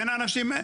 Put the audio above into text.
אין אנשים,